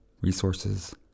resources